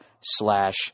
slash